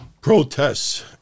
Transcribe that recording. protests